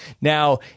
Now